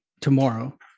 tomorrow